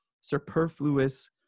superfluous